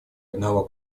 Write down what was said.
одного